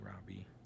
robbie